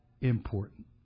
important